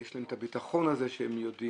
ויש להם את הביטחון הזה שהם יודעים,